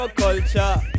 culture